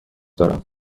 دارم